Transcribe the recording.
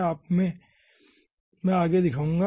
आगे मैं आपको दिखाऊंगा